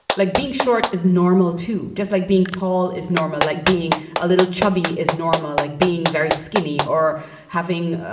like being short is normal to just like being tall is normal, like being a little chubby is normal, like being very skinny or having,